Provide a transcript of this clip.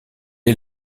est